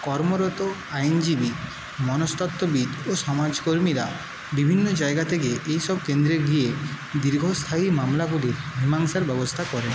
কর্মরত আইনজীবী মনস্তত্ববিদ ও সমাজকর্মীরা বিভিন্ন জায়গা থেকে এই সব কেন্দ্রে গিয়ে দীর্ঘস্থায়ী মামলাগুলির মীমাংসার ব্যবস্থা করেন